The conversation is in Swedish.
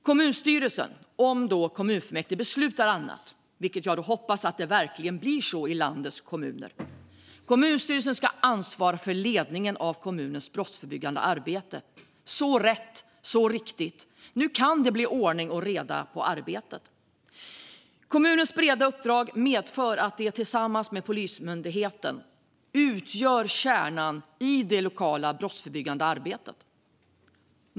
Kommunstyrelsen ska, om inte kommunfullmäktige beslutar annat - jag hoppas att det verkligen blir så i landets kommuner - ha ansvar för ledningen av kommunens brottsförebyggande arbete. Så rätt, så riktigt! Nu kan det bli ordning och reda på arbetet. Kommunernas breda uppdrag medför att de tillsammans med Polismyndigheten utgör kärnan i det lokala brottsförebyggande arbetet.